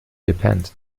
gepennt